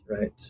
right